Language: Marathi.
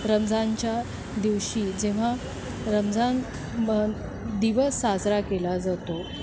रमजानच्या दिवशी जेव्हा रमजान मं दिवस साजरा केला जातो